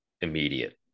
immediate